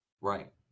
Right